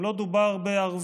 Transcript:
גם לא דובר בערבי,